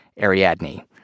Ariadne